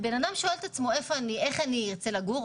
כשאדם שואל את עצמו איפה אני ארצה לגור,